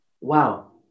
Wow